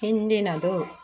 ಹಿಂದಿನದು